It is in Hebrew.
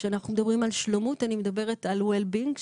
אני מדברת על Well Being.